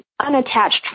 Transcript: unattached